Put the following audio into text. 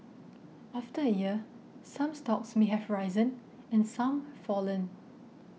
after a year some stocks may have risen and some fallen